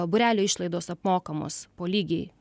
būrelio išlaidos apmokamos po lygiai